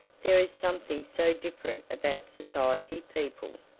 there is something so different about society people.